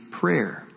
prayer